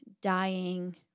dying